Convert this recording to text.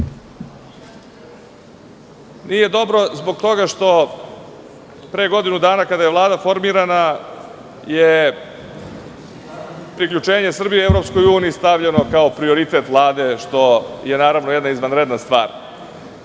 Nije dobro zbog toga što pre godinu dana, kada je Vlada formirana, je priključenje Srbije EU stavljeno kao prioritet Vlade, što je naravno jedna izvanredna stvar.